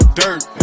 dirt